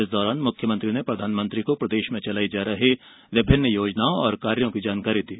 इस दौरान मुख्यमंत्री ने प्रधानमंत्री को प्रदेश में चलाई जा रही विभिन्न योजनाओं और कार्यों की जानकारी दी